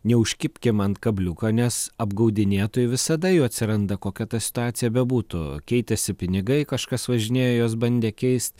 neužkibkim ant kabliuko nes apgaudinėtojai visada jų atsiranda kokia ta situacija bebūtų keitėsi pinigai kažkas važinėjo juos bandė keist